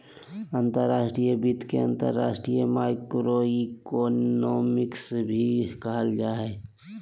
अंतर्राष्ट्रीय वित्त के अंतर्राष्ट्रीय माइक्रोइकोनॉमिक्स भी कहल जा हय